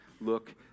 Look